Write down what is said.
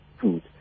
food